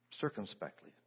Circumspectly